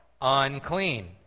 unclean